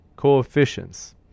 coefficients